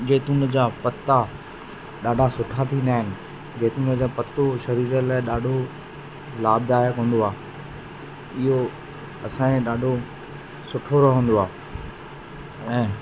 जेतुन जा पत्ता ॾाढा सुठा थींदा आहिनि जेतुन जो पत्तो शरीर लाइ ॾाढो लाभदायक हूंदो आहे इहो असांजे ॾाढो सुठो रहंदो आहे ऐं